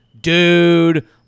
dude